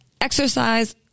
exercise